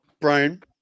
Brian